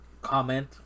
comment